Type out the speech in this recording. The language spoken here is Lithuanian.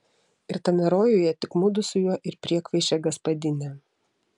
ir tame rojuje tik mudu su juo ir priekvaišė gaspadinė